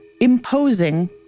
imposing